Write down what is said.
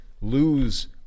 lose